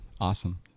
Awesome